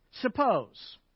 suppose